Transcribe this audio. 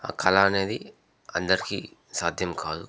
ఆ కళ అనేది అందరికీ సాధ్యం కాదు